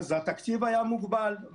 אז התקציב היה מוגבל.